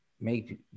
make